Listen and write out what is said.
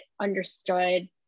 understood